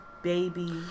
Baby